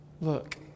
Look